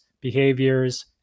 behaviors